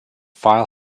file